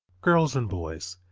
girls and boys,